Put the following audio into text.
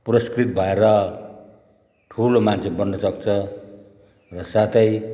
पुरस्कृत भएर ठुलो मान्छे बन्नसक्छ र साथै